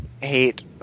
hate